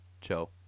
Joe